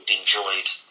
enjoyed